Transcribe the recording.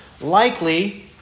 Likely